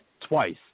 twice